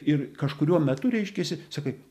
ir kažkuriuo metu reiškiasi sakai